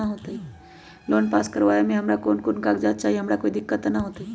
Loan pass करवावे में हमरा कौन कौन कागजात चाही और हमरा कोई दिक्कत त ना होतई?